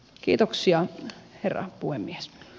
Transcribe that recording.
kiitoksia herra puhemies